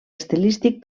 estilístic